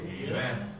Amen